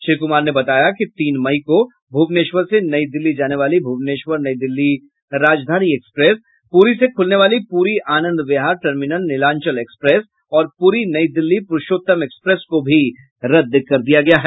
श्री कुमार ने बताया कि तीन मई को भुवनेश्वर से नई दिल्ली जाने वाली भूवनेश्वर नई दिल्ली राजधानी एक्सप्रेस प्ररी से खुलने वाली पुरी आनंद विहार टर्मिनल नीलांचल एक्सप्रेस और पुरी नई दिल्ली पुरुषोत्तम एक्सप्रेस को भी रद्द कर दिया गया है